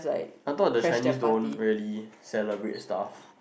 I thought the Chinese don't really celebrate stuff